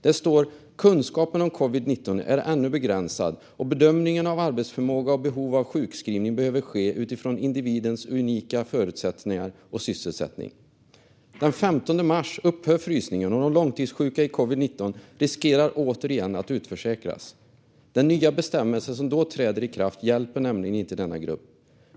Där står följande: "Kunskapen om covid-19 är ännu begränsad och bedömningen av arbetsförmåga och behov av sjukskrivning behöver ske utifrån individens unika förutsättningar och sysselsättning." Den 15 mars upphör frysningen, och de långtidssjuka i covid-19 riskerar återigen att utförsäkras. Den nya bestämmelse som då träder i kraft hjälper nämligen inte denna grupp.